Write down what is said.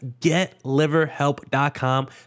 getliverhelp.com